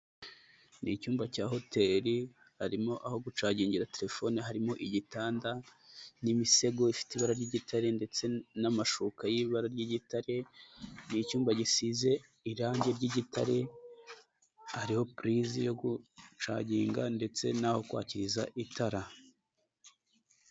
Ni icyumba cya hotel, harimo purizi yo gucagingira telefone, harimo igitanda n'imisego ifite ibara ry'igitare, ndetse n'amashuka y'ibara ry'igitare, ni icyumba gisize irangi ry'igitare, hariho purise yo gucagiga ndetse n'aho kwakiriza itara.